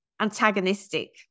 antagonistic